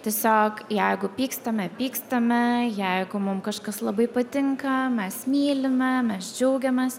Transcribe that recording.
tiesiog jeigu pykstame pykstame jeigu mum kažkas labai patinka mes mylime mes džiaugiamės